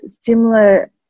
similar